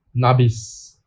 Nabis